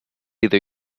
either